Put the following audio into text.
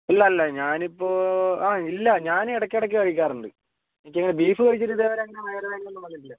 അല്ല അല്ല ഞാനിപ്പോൾ ആ ഇല്ല ഞാൻ ഇടക്കിടക്ക് കഴിക്കാറുണ്ട് എനിക്കങ്ങനെ ബീഫ് കഴിച്ചിട്ട് ഇതേവരെ അങ്ങനെ വയർ വേദനയൊന്നും അങ്ങനെ വന്നിട്ടില്ല